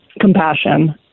compassion